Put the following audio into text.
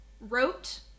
wrote